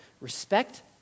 Respect